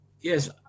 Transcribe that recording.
Yes